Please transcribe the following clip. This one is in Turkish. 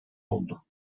oldu